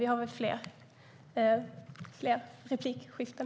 Vi har fler replikskiften.